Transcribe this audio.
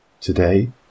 Today